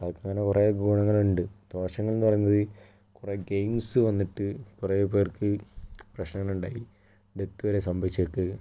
അതൊക്കെ അങ്ങനെ കുറേ ഗുണങ്ങളുണ്ട് ദോഷങ്ങളെന്ന് പറയുന്നത് ഈ കുറേ ഗെയിംസ് വന്നിട്ട് കുറേ പേർക്ക് പ്രശ്നങ്ങളുണ്ടായി ഡെത്ത് വരെ സംഭവിച്ചു